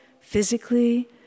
physically